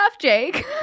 Jake